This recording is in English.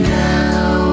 now